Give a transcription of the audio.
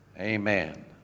Amen